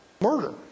murder